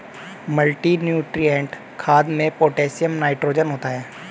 multinutrient खाद में potassium nitrogen होता है